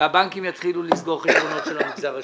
והבנקים יתחילו לסגור חשבונות של המגזר השלישי.